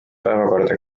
päevakorda